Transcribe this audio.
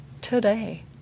today